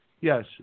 yes